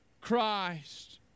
Christ